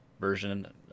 version